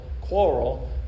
quarrel